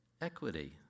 equity